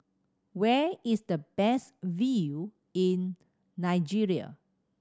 where is the best view in Nigeria